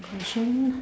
question